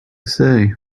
say